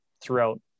throughout